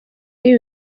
y’ibi